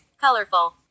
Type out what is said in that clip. Colorful